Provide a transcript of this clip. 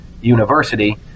university